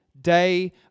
day